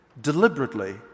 deliberately